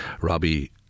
Robbie